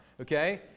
Okay